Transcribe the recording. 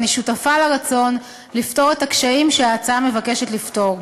ואני שותפה לרצון לפתור את הקשיים שההצעה מבקשת לפתור.